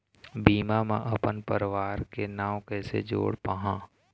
बीमा म अपन परवार के नाम कैसे जोड़ पाहां?